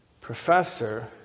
professor